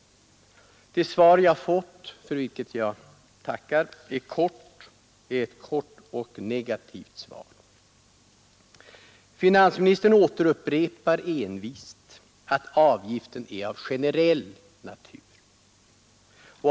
Det svar jag fått och för vilket jag tackar — är ett kort och negativt svar. Finansministern återupprepar envist att avgiften är av generell natur.